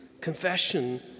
Confession